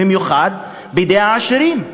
במיוחד בידי העשירים,